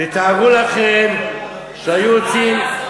תתארו לכם שהיו יוצאים, מה,